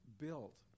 built